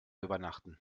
übernachten